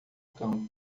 campo